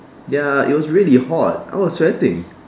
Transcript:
ya it was really hot I was sweating